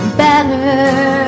better